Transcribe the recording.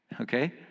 okay